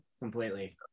completely